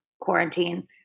quarantine